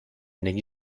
negli